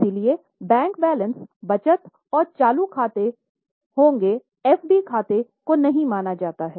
इसीलिए bank balance बचत और चालू खाते होंगे एफडी खाते को नहीं माना जाता है